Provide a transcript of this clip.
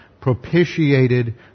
propitiated